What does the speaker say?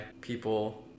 people